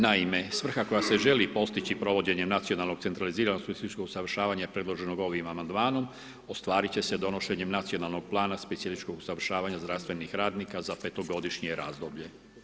Naime, svrha koja se želi postići provođenjem nacionalnog centraliziranog specijalističkog usavršavanja predloženo ovim amandmanom ostvarit će se donošenjem Nacionalnog plana specijalističkog usavršavanja zdravstvenih radnika za petogodišnje razdoblje.